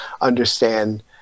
understand